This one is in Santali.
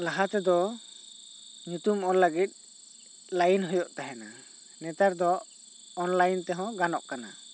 ᱞᱟᱦᱟ ᱛᱮᱫᱚ ᱧᱩᱛᱩᱢ ᱚᱞ ᱞᱟᱹᱜᱤᱫ ᱞᱟᱹᱭᱤᱱ ᱦᱩᱭᱩᱜ ᱛᱟᱦᱮᱱᱟ ᱱᱮᱛᱟᱨ ᱫᱚ ᱚᱱᱞᱟᱭᱤᱱ ᱛᱮᱦᱚᱸ ᱜᱟᱱᱚᱜ ᱠᱟᱱᱟ